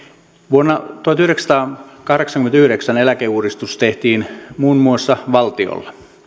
vuonna tuhatyhdeksänsataakahdeksankymmentäyhdeksän eläkeuudistus tehtiin muun muassa valtiolla